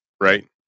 right